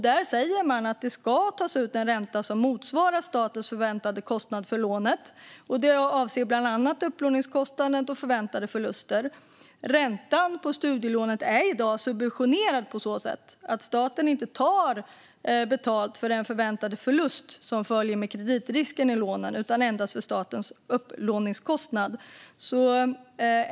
Här sägs det att det ska tas ut en ränta som motsvarar statens förväntade kostnad för lånet, bland annat upplåningskostnader och förväntade förluster. Räntan på studielånet är i dag subventionerad eftersom staten inte tar betalt för den förväntade förlust som följer med kreditrisken i lånen utan endast för upplåningskostnaden.